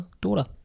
daughter